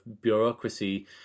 bureaucracy